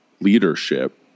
leadership